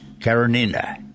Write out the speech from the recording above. Karenina